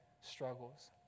struggles